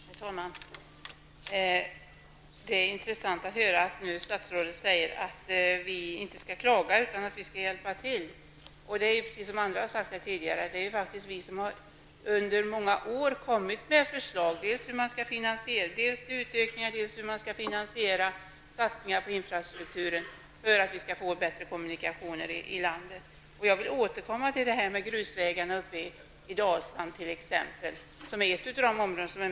Herr talman! Det är intressant att höra statsrådet säga att vi inte skall klaga utan hjälpa till. Som andra har sagt är det faktiskt vi som under många år har kommit med förslag. Det har gällt dels utökningar, dels finansiering av satsningar på infrastrukturen i syfte att få bättre kommunikationer i landet. Jag vill återkomma till exempelvis frågan om grusvägar i Dalsland. Detta är ett av de mest utsatta områdena.